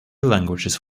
languages